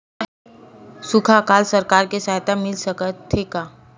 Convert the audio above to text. सुखा अकाल सरकार से सहायता मिल सकथे का?